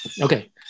Okay